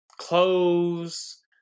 clothes